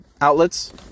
outlets